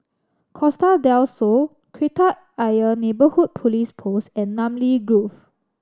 Costa Del Sol Kreta Ayer Neighbourhood Police Post and Namly Grove